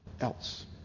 else